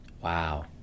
Wow